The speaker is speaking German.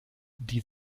die